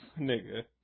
Nigga